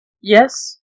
Yes